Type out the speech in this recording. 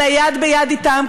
אלא יד ביד אתם,